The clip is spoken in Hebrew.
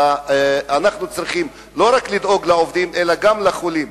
אנחנו צריכים לדאוג לא רק לעובדים אלא גם לחולים,